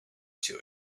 too